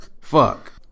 Fuck